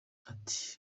ati